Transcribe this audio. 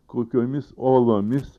kokiomis olomis